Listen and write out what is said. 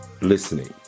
listening